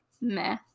Meh